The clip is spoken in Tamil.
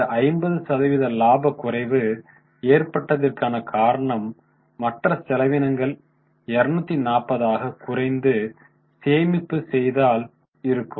இந்த 50 சதவீத லாப குறைவு ஏற்பட்டத்திற்கான காரணம் மற்ற செலவினங்கள் 240 ஆக குறைந்து சேமிப்பு செய்தால் இருக்கும்